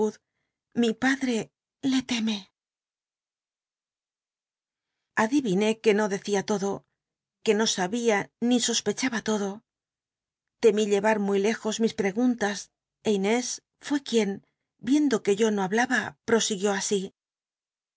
mi padre le teme ad iviné que no dccia lodo que no sabia ni sospechaba todo temí llc ar muy lejos mis preguntas é inés fué quien riendo que yo no hablaba prosiguió así